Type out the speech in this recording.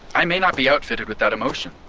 i may not be outfitted with that emotion